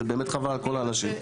זה באמת חבל על כל האנשים.